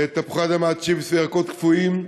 תפוחי-אדמה, צ'יפס וירקות קפואים.